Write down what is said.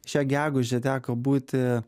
šią gegužę teko būti